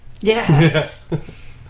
yes